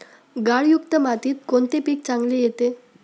गाळयुक्त मातीत कोणते पीक चांगले येते?